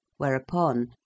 whereupon